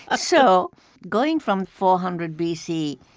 ah so going from four hundred b c.